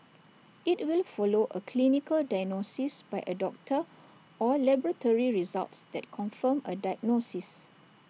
IT will follow A clinical diagnosis by A doctor or laboratory results that confirm A diagnosis